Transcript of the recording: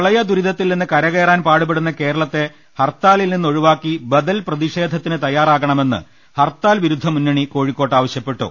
പ്രളയദുരിതത്തിൽനിന്ന് കരകയറാൻ പാടുപെടുന്ന കേരളത്തെ ഹർത്താലിൽനിന്ന് ഒഴിവാക്കി ബദൽ പ്രതിഷേധത്തിന് തയ്യാറാകണമെന്ന് ഹർത്താൽ വിരുദ്ധമുന്നണി കോഴിക്കോട്ട് ആവശ്യപ്പെട്ടു